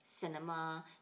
cinema